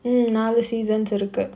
mm நாலு:naalu seasons இருக்கு:irukku